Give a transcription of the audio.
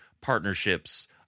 partnerships